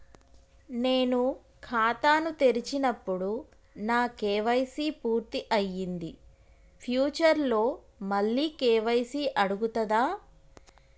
నేను ఖాతాను తెరిచినప్పుడు నా కే.వై.సీ పూర్తి అయ్యింది ఫ్యూచర్ లో మళ్ళీ కే.వై.సీ అడుగుతదా?